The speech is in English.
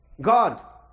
God